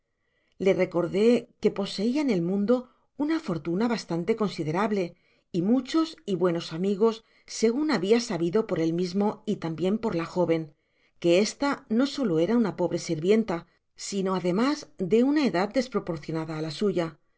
le recordé que poseia en el mundo una fortuna bastante considerable y muchos y buenos amigos segun habia sabido por él mismo y tambien por la jóven que esta no solo era una po bre sirvienta sino ademas de una edad desproporcionada á la suya